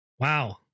Wow